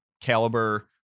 caliber